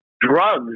drugs